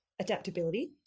adaptability